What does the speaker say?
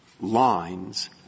lines